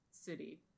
city